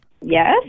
Yes